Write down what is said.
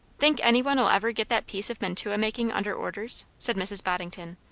think any one'll ever get that piece of mantua-making under orders? said mrs. boddington,